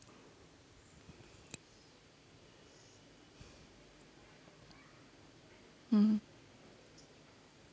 mm